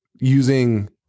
Using